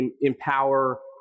empower